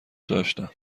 داشتم